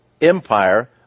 empire